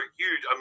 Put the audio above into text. huge